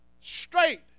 straight